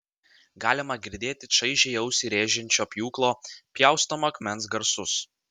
galima girdėti čaižiai ausį rėžiančio pjūklo pjaustomo akmens garsus